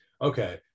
Okay